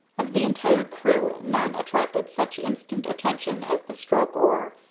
of the entire crew none attracted such instant attention as the stroke-oar,